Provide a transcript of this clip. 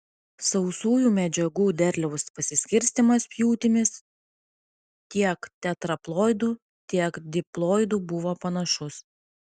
sausųjų medžiagų derliaus pasiskirstymas pjūtimis tiek tetraploidų tiek diploidų buvo panašus